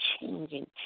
changing